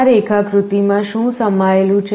આ રેખાકૃતિમાં શું સમાયેલું છે